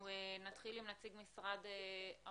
אנחנו נתחיל עם נציג משרד הבריאות,